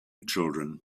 children